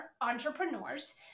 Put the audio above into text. entrepreneurs